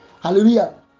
hallelujah